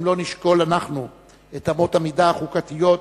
אם לא נשקול אנחנו את אמות המידה החוקתיות,